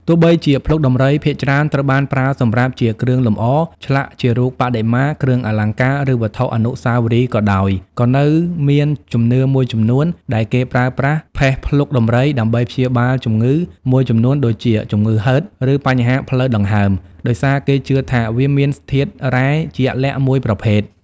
ទោះបីជាភ្លុកដំរីភាគច្រើនត្រូវបានប្រើសម្រាប់ជាគ្រឿងលម្អ ឆ្លាក់ជារូបបដិមា គ្រឿងអលង្ការ ឬវត្ថុអនុស្សាវរីយ៍ក៏ដោយ ក៏នៅមានជំនឿមួយចំនួនដែលគេប្រើប្រាស់ផេះភ្លុកដំរីដើម្បីព្យាបាលជំងឺមួយចំនួនដូចជា ជំងឺហឺត ឬបញ្ហាផ្លូវដង្ហើម ដោយសារគេជឿថាវាមានធាតុរ៉ែជាក់លាក់មួយប្រភេទ។